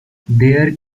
there